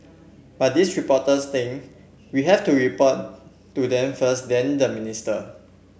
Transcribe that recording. but these reporters think we have to report to them first then the minister